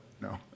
No